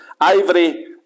ivory